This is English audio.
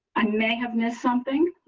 i may have missed something.